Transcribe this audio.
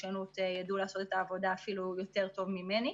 החדשנות ידעו לעשות את העבודה אפילו יותר טוב ממני.